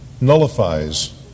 nullifies